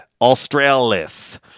Australis